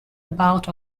about